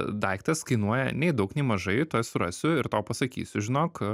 daiktas kainuoja nei daug nei mažai tuoj surasiu ir tau pasakysiu žinok